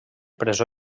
presó